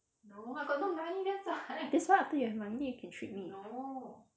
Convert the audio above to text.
that's why after you have money you can treat me